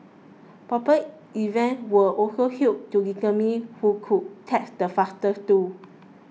proper events were also held to determine who could text the fastest too